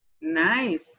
Nice